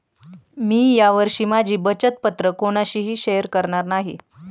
मी या वर्षी माझी बचत पत्र कोणाशीही शेअर करणार नाही